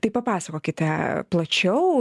tai papasakokite plačiau